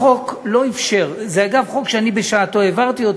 החוק לא אפשר, זה, אגב, חוק שאני בשעתו העברתי.